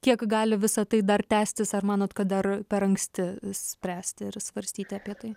kiek gali visa tai dar tęstis ar manot kad dar per anksti spręsti ir svarstyti apie tai